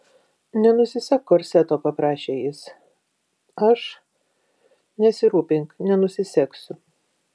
nenusisek korseto paprašė jis aš nesirūpink nenusisegsiu